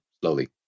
slowly